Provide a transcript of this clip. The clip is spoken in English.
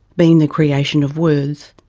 being the creation of words,